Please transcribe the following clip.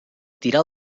tirar